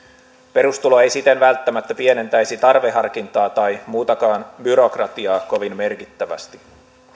perustulo ei siten välttämättä pienentäisi tarveharkintaa tai muutakaan byrokratiaa kovin merkittävästi